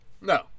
No